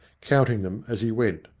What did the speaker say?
counting them as he went.